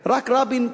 רק רבין,